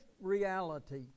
reality